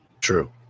True